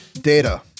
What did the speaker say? Data